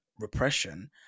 repression